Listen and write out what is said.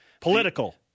Political